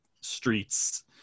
streets